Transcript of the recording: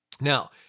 Now